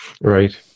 Right